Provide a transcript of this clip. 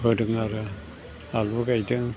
फोदों आरो आलु गायदों